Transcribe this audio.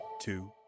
two